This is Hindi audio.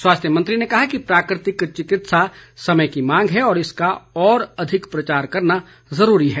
स्वास्थ्य मंत्री ने कहा कि प्राकृतिक चिकित्सा समय की मांग है और इसका और अधिक प्रचार करना जरूरी है